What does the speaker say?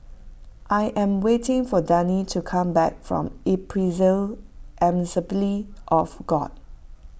I am waiting for Dagny to come back from Ebenezer Assembly of God